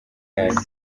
yanyu